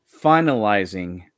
finalizing